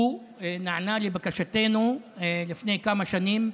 הוא נענה לבקשתנו לפני כמה שנים,